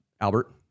Albert